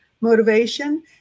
motivation